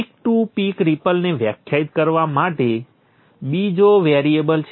peak to peak રિપલને વ્યાખ્યાયિત કરવા માટે બીજો વેરિએબલ છે